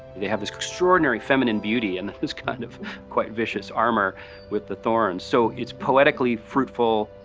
they have this extraordinary feminine beauty, and this kind of quite vicious armor with the thorns, so it's poetically fruitful.